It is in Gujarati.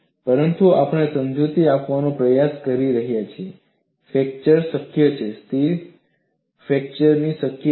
પરંતુ આપણે સમજૂતી આપવાનો પ્રયાસ કરી રહ્યા છીએ ફ્રેક્ચર શક્ય છે સ્થિર ફ્રેક્ચર શક્ય છે